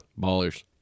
ballers